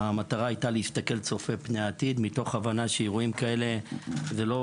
זה להסתכל הסתכלות צופה פני עתיד מתוך הבנה שלגבי אירועים כאלה זה לא